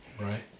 right